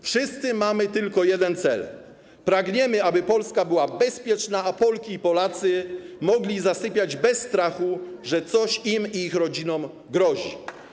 Wszyscy mamy tylko jeden cel: pragniemy, aby Polska była bezpieczna, a Polki i Polacy mogli zasypiać bez strachu, że coś im i ich rodzinom grozi.